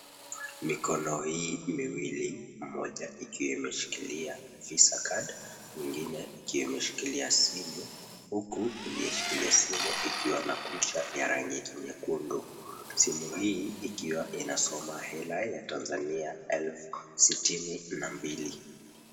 Mikono hii miwili. Moja ikiwa imeshikilia visa card , nyingine ikimeshikilia simu. Huku iliyoshikilia simu ikiwa na kucha ya rangi nyekundu. Simu hii ikiwa inasoma hela ya Tanzania, elfu sitini na mbili.